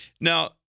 Now